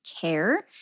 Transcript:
care